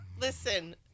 Listen